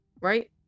Right